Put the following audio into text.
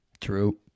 True